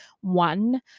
one